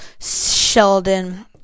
Sheldon